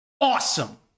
awesome